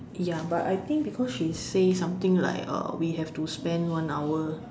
ya but I think because she say something like uh we have to spend one hour